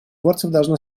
должно